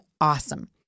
awesome